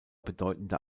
bedeutender